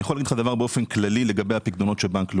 אני יכול להגיד לך באופן כללי לגבי הפיקדונות של בנק לאומי.